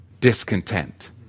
discontent